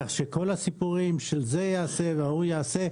כך שכל הסיפורים של זה יעשה וההוא יעשה,